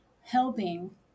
helping